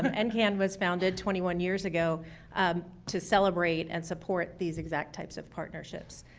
and ncan was founded twenty one years ago to celebrate and support these exact types of partnerships.